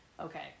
okay